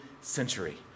century